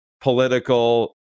political